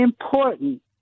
important